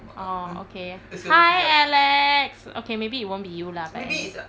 orh okay hi alex okay maybe it won't be you lah but ai~